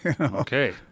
Okay